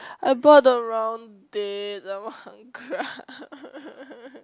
I bought the wrong date I want cry